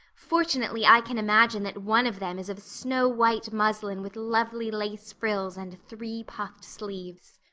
fortunately i can imagine that one of them is of snow-white muslin with lovely lace frills and three-puffed sleeves.